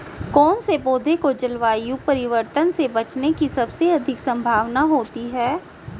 कौन से पौधे को जलवायु परिवर्तन से बचने की सबसे अधिक संभावना होती है?